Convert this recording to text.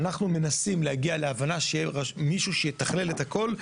אנחנו מנסים להגיע להבנה של מישהו שיתכלל את הכל,